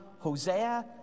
Hosea